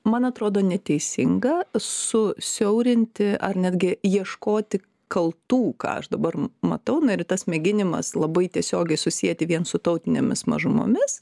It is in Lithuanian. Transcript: man atrodo neteisinga susiaurinti ar netgi ieškoti kaltų ką aš dabar matau na ir tas mėginimas labai tiesiogiai susieti vien su tautinėmis mažumomis